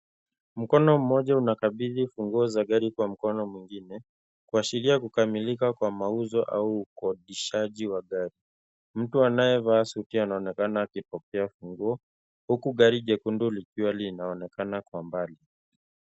Mkono mmoja unakabidhi funguo za gari kwa mkono mwingine , kuashiria kukamilika kwa mauzo au ukodishaji wa gari. Mtu anayevaa suti anaonekana akipokeafunguo huku gari jekundu likiwa linaonekana kwa mbali.